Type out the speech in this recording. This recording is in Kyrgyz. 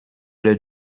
эле